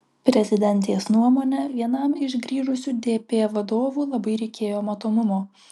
prezidentės nuomone vienam iš grįžusių dp vadovų labai reikėjo matomumo